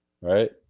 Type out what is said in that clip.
Right